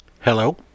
Hello